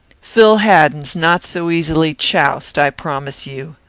phil haddin's not so easily choused, i promise you.